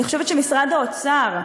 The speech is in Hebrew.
אני חושבת שמשרד האוצר,